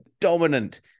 dominant